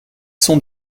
sont